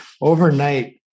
Overnight